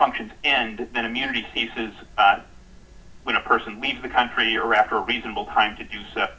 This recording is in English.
functions and then immunity ceases when a person leaves the country or after a reasonable time to do so